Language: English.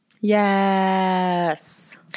Yes